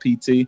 PT